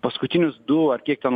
paskutinius du ar kiek ten